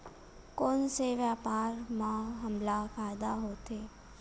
कोन से व्यापार म हमला फ़ायदा होथे?